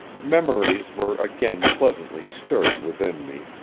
memories were again pleasantly stirred within me,